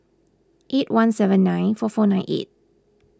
eight one seven nine four four nine eight